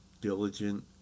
diligent